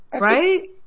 Right